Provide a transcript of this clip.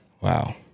Wow